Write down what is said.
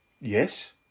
Yes